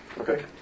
Okay